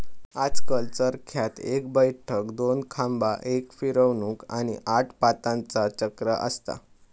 आजकल चरख्यात एक बैठक, दोन खांबा, एक फिरवूक, आणि आठ पातांचा चक्र असता